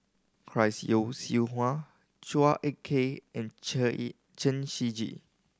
Chris Yeo Siew Hua Chua Ek Kay and Chen Shiji